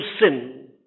sin